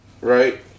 Right